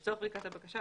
לצורך בדיקת הבקשה,